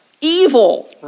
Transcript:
Evil